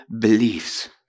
beliefs